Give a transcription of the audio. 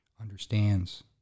understands